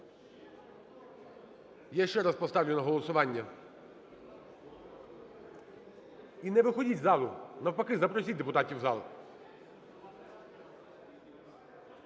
Я ще раз поставлю на голосування. І не виходіть з зали, навпаки, запросіть депутатів в зал.